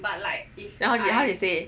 then how she say